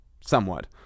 somewhat